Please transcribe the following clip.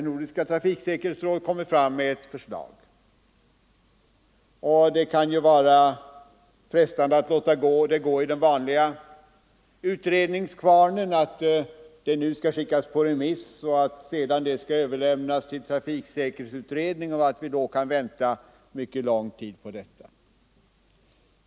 Nordiska trafik 1 säkerhetsrådet har lagt fram ett förslag, och det kan ju vara frestande att låta det gå i den vanliga utredningskvarnen — att det nu skall skickas på remiss och att det sedan skall överlämnas till trafiksäkerhetsutredningen, varigenom vi kan få vänta mycket lång tid.